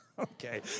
Okay